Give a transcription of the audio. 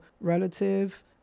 relative